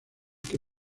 que